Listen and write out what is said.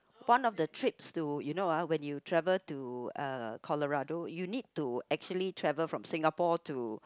one of the trips to you know ah when you travel to uh Colorado you need to actually travel from Singapore to